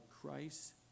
Christ